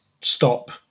stop